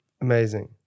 Amazing